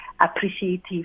appreciative